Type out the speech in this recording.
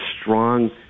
strong